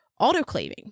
autoclaving